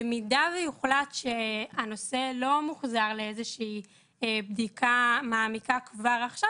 במידה שיוחלט שהנושא לא מוחזר לאיזושהי בדיקה מעמיקה כבר עכשיו,